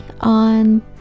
on